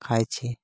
खाइ छी